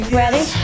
ready